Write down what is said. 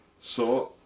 so